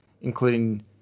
including